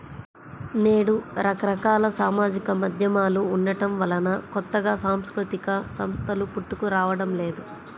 నేడు రకరకాల సామాజిక మాధ్యమాలు ఉండటం వలన కొత్తగా సాంస్కృతిక సంస్థలు పుట్టుకురావడం లేదు